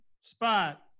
Spot